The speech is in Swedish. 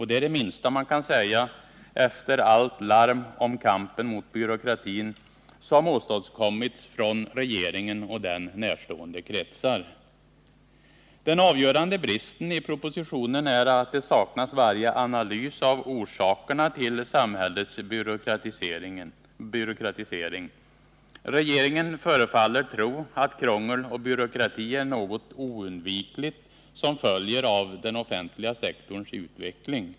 Det är det minsta man kan säga efter allt larm om kampen mot byråkratin som åstadkommits från regeringen och den närstående kretsar. Den avgörande bristen i propositionen är att det saknas varje analys av orsakerna till samhällets byråkratisering. Regeringen förefaller tro att krångel och byråkrati är något oundvikligt som följer av den offentliga sektorns utveckling.